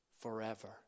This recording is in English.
forever